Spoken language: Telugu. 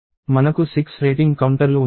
మనకు 6 రేటింగ్ కౌంటర్లు ఉన్నాయి